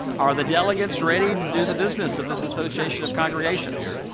are the delegates ready to do the business of this association of congregations?